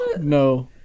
No